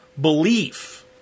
belief